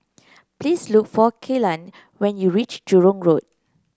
please look for Kellan when you reach Jurong Road